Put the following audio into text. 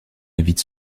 invite